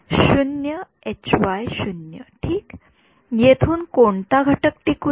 ठीक येथून कोणता घटक टिकून आहे